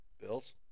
Bills